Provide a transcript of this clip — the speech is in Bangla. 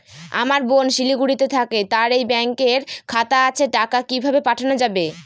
আমার বোন শিলিগুড়িতে থাকে তার এই ব্যঙকের খাতা আছে টাকা কি ভাবে পাঠানো যাবে?